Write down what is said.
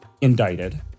indicted